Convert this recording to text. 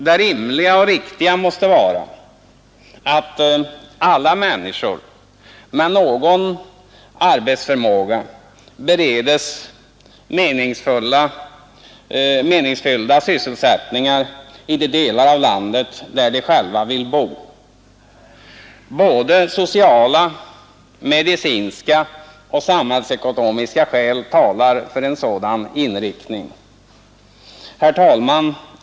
Det rimliga och riktiga måste vara att alla människor, med någon arbetsförmåga, beredes meningsfyllda sysselsättningar i de delar av landet där de själva vill bo. Såväl sociala och medicinska som samhällsekonomiska skäl talar för en sådan inriktning. Herr talman!